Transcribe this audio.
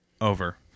over